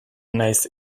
nahiz